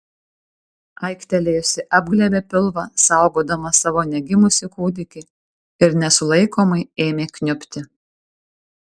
aiktelėjusi apglėbė pilvą saugodama savo negimusį kūdikį ir nesulaikomai ėmė kniubti